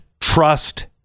trust